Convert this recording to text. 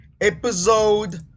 episode